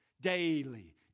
daily